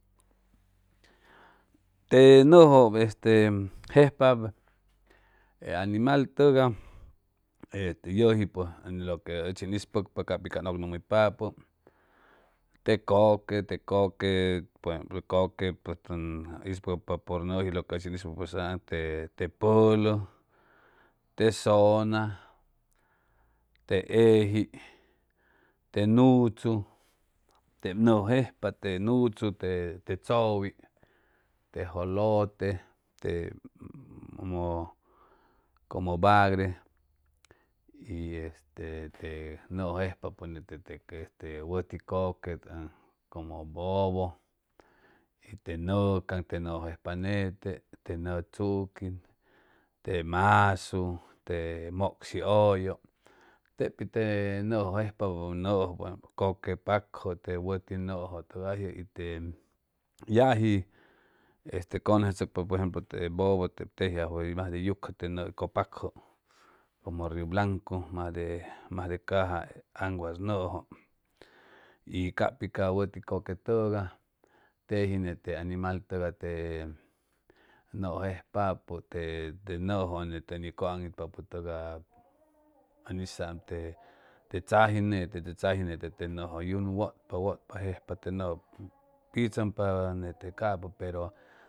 Te yejoj este jejpab animal togay e le yeji po loque ochi ey ispopca capi ca yogmuyupapo le coque por ejemplo coque tej ispopca por nöj loque ochi en ispopca sa ang te puts te senga te ejt te yutsu teb ob jejpa te yutsu le tsowi te yutete te como bage l este yog jejpapo yete te wuti coque te como bobo y te yto canj te yto jejpapo yete te tsuguin l masu te mucshi uyu teb pi e yto jejpapo noto coque pacje te wuti ngoj togayje e te yeji este cuyoscotsocpa por ejemplo te bobo tej ajjuwo mas de yucjo te yto expangjo como rio blancu mas de caja eng’wasgyjo t capi ca wuti coque togay teji yele animal toya te yto jejpapo te gujo te ytoan t pappe togo en isäam le tsajing yete le tsajing yete te yejoj unj wutpa jejpa te yejo pitsumpa nete capo